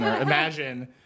imagine